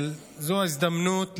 אבל זו ההזדמנות להגיד,